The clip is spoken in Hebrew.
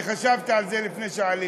אני חשבתי על זה לפני שעליתי,